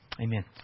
Amen